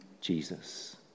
Jesus